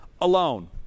alone